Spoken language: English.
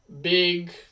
big